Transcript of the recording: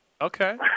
Okay